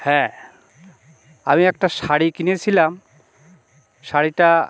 হ্যাঁ আমি একটা শাড়ি কিনেছিলাম শাড়িটা